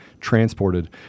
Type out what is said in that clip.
transported